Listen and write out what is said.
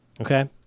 Okay